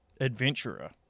adventurer